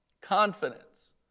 Confidence